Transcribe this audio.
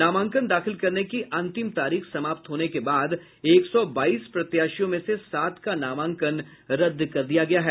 नामांकन दाखिल करने की अंतिम तारीख समाप्त होने के बाद एक सौ बाईस प्रत्याशियों में से सात का नामांकन रदद कर दिया गया है